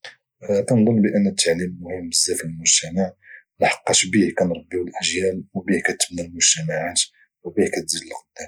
اظن التعليم مهم بزاف المجتمع لحقاش به كتبنى والاجيال به كتبنا المجتمعات وبه كاتزيد القدام